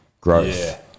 growth